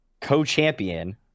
co-champion